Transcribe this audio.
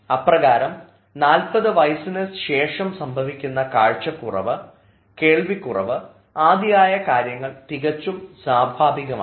അപ്രകാരം 40 വയസ്സിനു ശേഷം സംഭവിക്കുന്ന കാഴ്ചക്കുറവ് കേൾവി കുറവ് ആദിയായ കാര്യങ്ങൾ തികച്ചും സ്വാഭാവികമായതാണ്